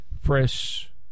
fresh